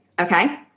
okay